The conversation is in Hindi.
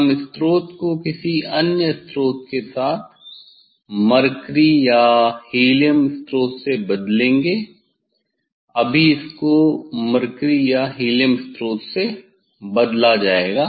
हम स्रोत को किसी अन्य स्रोत के साथ मरकरी या हीलियम स्रोत से बदलेंगे अभी इसको मरकरी या हीलियम स्रोत से बदला जाएगा